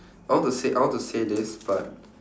I want to say I want to say this but